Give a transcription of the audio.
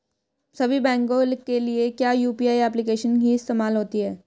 सभी बैंकों के लिए क्या यू.पी.आई एप्लिकेशन ही इस्तेमाल होती है?